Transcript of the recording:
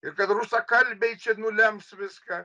ir kad rusakalbiai čia nulems viską